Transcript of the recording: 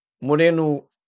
Moreno